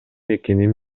экенин